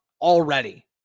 already